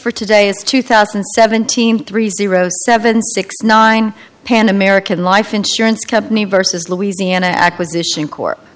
for today it's two thousand and seventeen three zero seven six nine pan american life insurance company vs louisiana acquisition court